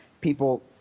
people